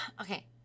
Okay